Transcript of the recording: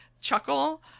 chuckle